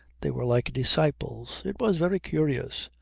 they were like disciples. it was very curious.